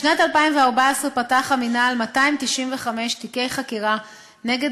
בשנת 2014 פתח המינהל 295 תיקי חקירה נגד